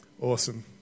Awesome